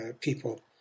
people